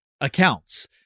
accounts